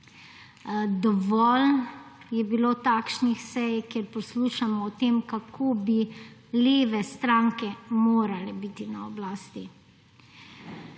Dovolj je bilo takšnih sej, kjer poslušamo o tem, kako bi leve stranke morale biti na oblasti.